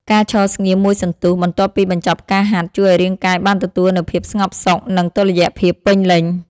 ការឈរស្ងៀមមួយសន្ទុះបន្ទាប់ពីបញ្ចប់ការហាត់ ជួយឱ្យរាងកាយបានទទួលនូវភាពស្ងប់សុខ និងតុល្យភាពពេញលេញ។